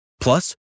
Plus